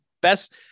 best